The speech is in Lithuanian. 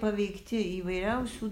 paveikti įvairiausių